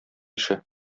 ише